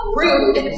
rude